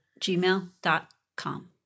gmail.com